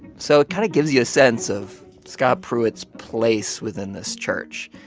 so it kind of gives you a sense of scott pruitt's place within this church.